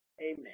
Amen